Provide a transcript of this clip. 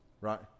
right